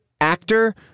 actor